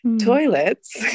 toilets